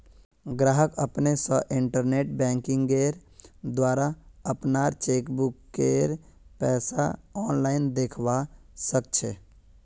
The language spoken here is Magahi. गाहक अपने स इंटरनेट बैंकिंगेंर द्वारा अपनार चेकबुकेर पैसा आनलाईन दखवा सखछे